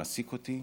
מעסיק אותי.